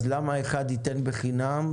אז למה אחד ייתן חינם,